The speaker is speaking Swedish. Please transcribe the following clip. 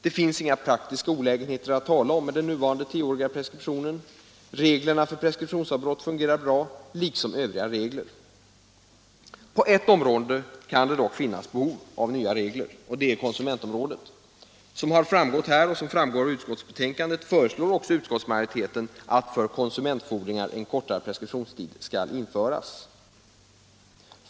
Det finns inga praktiska olägenheter att tala om med den nuvarande tioåriga preskriptionen. Reglerna för preskriptionsavbrott liksom övriga regler fungerar bra. På ett område kan det dock finnas behov av nya regler, nämligen konsumentområdet. Såsom har framgått av dagens debatt och av utskottsbetänkandet föreslår också utskottsmajoriteten att för konsumentfordringar en kortare preskriptionstid skall införas.